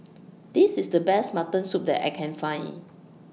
This IS The Best Mutton Soup that I Can Find